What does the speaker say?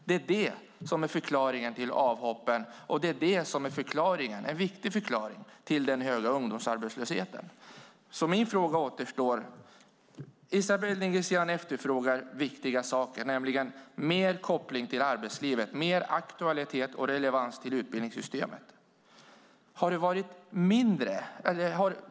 Det är detta som är förklaringen till avhoppen, och det är också en viktig förklaring till den höga ungdomsarbetslösheten. Min fråga kvarstår. Esabelle Dingizian efterfrågar viktiga saker, nämligen mer koppling till arbetslivet och mer aktualitet och relevans i utbildningssystemet.